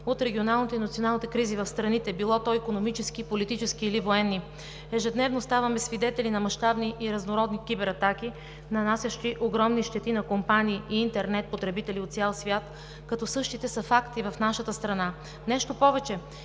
от регионалните и националните кризи в страните – било то икономически, политически или военни. Ежедневно ставаме свидетели на мащабни и разнородни кибератаки, нанасящи огромни щети на компании и интернет потребители от цял свят, като същите са факт и в нашата страна. Нещо повече,